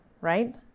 right